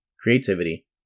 creativity